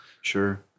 Sure